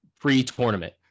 pre-tournament